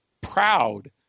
proud